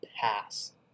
pass